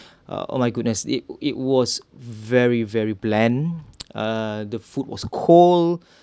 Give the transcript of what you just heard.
uh oh my goodness it it was very very bland uh the food was cold